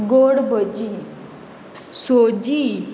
गोडबजी सोजी